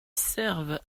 serve